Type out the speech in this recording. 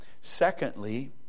Secondly